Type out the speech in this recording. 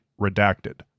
redacted